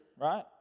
right